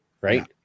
right